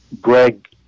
Greg